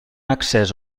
accés